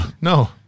no